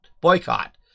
Boycott